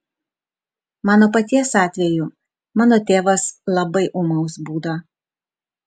mano paties atveju mano tėvas labai ūmaus būdo